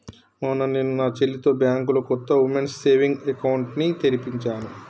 మొన్న నేను నా చెల్లితో బ్యాంకులో కొత్త ఉమెన్స్ సేవింగ్స్ అకౌంట్ ని తెరిపించాను